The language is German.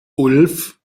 ulf